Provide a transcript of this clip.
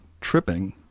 tripping